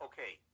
Okay